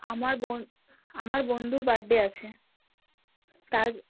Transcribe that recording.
আমার বোন আমার বন্ধুর বার্থডে আছে তার